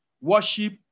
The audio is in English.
Worship